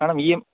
madam இஎம்